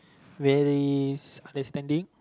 very understanding